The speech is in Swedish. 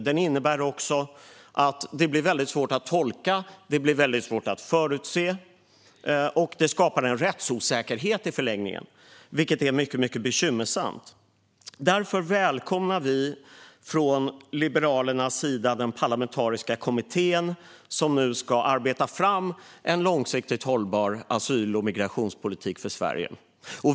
Den innebär också att det blir väldigt svårt att tolka och förutse, och detta skapar i förlängningen en rättsosäkerhet, vilket är mycket bekymmersamt. Därför välkomnar vi från Liberalernas sida den parlamentariska kommittén, som nu ska arbeta fram en långsiktigt hållbar asyl och migrationspolitik för Sverige.